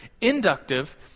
Inductive